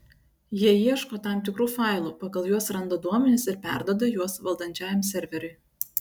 jie ieško tam tikrų failų pagal juos randa duomenis ir perduoda juos valdančiajam serveriui